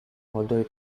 although